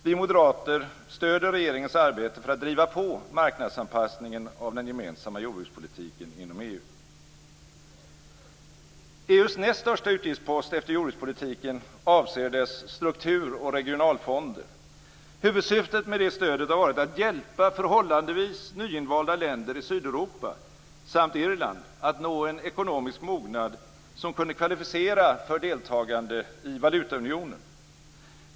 Vi moderater stöder regeringens arbete för att driva på marknadsanpassningen av den gemensamma jordbrukspolitiken inom EU. EU:s näst största utgiftspost efter jordbrukspolitiken avser dess struktur och regionalfonder. Huvudsyftet med detta stöd har varit att hjälpa förhållandevis nyinvalda länder i Sydeuropa samt Irland att nå en ekonomisk mognad som kunde kvalificera för deltagande i valutaunionen.